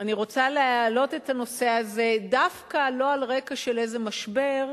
אני רוצה להעלות את הנושא הזה דווקא לא על רקע איזה משבר,